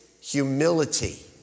humility